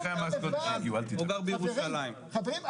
חברים,